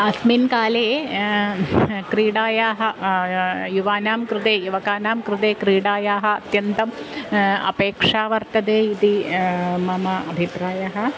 अस्मिन् काले ह् क्रीडायाः युवानां कृते युवकानां कृते क्रीडायाः अत्यन्तम् अपेक्षा वर्तते इति मम अभिप्रायः